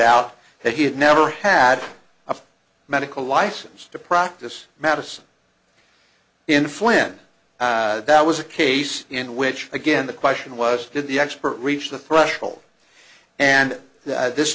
out that he had never had a medical license to practice medicine in flynn that was a case in which again the question was did the expert reach the threshold and this